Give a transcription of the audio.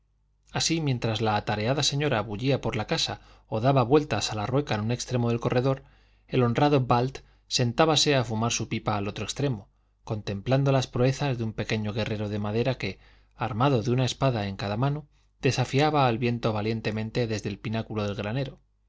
así mientras la atareada señora bullía por la casa o daba vueltas a la rueca en un extremo del corredor el honrado balt sentábase a fumar su pipa al otro extremo contemplando las proezas de un pequeño guerrero de madera que armado de una espada en cada mano desafiaba al viento valientemente desde el pináculo del granero